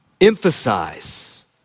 emphasize